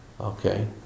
Okay